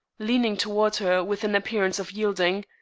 leaning toward her, with an appearance of yielding.